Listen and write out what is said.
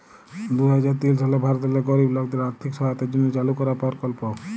দু হাজার তিল সালে ভারতেল্লে গরিব লকদের আথ্থিক সহায়তার জ্যনহে চালু করা পরকল্প